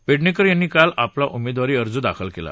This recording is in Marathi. पेडणेकर यांनी काल आपला उमेदवारी अर्ज दाखल केला